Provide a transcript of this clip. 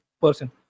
person